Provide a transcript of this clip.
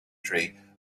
tree